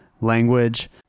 language